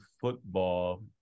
football